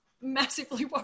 massively